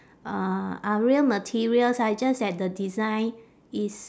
uh are real materials ah just that the design is